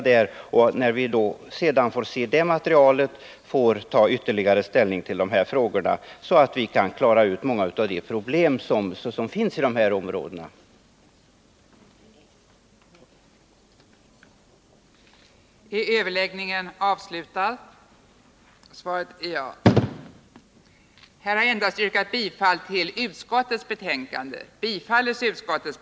När vi sedan ser resultatet av planeringsarbetet får vi ta ytterligare ställning till dessa frågor, om så krävs, för att därmed klara ut många av de problem som finns i de berörda lokalradioområdena.